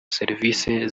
serivise